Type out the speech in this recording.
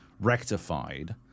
rectified